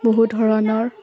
বহু ধৰণৰ